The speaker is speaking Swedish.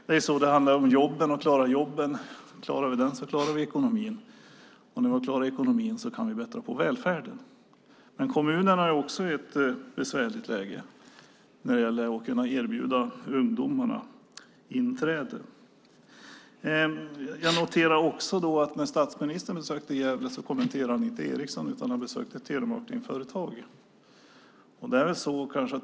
Det handlar om att klara jobben. Klarar vi dem så klarar vi ekonomin. Klarar vi ekonomin så kan vi bättra på välfärden. Kommunerna är också i ett besvärligt läge när det gäller att kunna erbjuda ungdomarna inträde på arbetsmarknaden. När statsministern besökte Gävle kommenterade han inte Ericsson, utan han besökte telemarketingföretag.